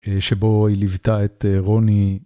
שבו היא ליוותה את רוני.